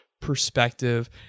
perspective